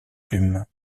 plumes